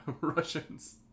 russians